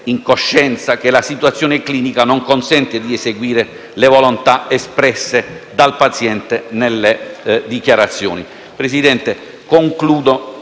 in coscienza che la situazione clinica non consente di eseguire le volontà espresse dal paziente nelle dichiarazioni. Presidente, chiedo